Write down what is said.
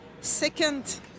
second